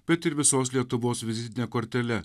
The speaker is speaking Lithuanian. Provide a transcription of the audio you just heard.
bet ir visos lietuvos vizitine kortele